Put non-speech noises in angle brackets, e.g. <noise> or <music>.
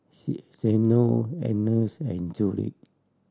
<unintelligible> Zeno Angus and Judith